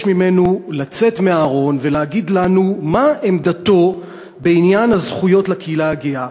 ממנו לצאת מהארון ולהגיד לנו מה עמדתו בעניין הזכויות לקהילה הגאה.